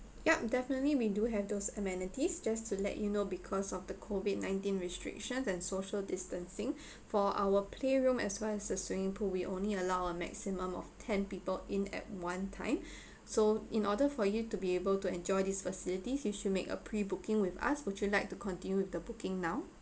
yup definitely we do have those amenities just to let you know because of the COVID nineteen restrictions and social distancing for our playroom as well as the swimming pool we only allow a maximum of ten people in at one time so in order for you to be able to enjoy these facilities you should make a pre booking with us would you like to continue with the booking now